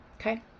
Okay